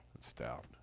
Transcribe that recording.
Stout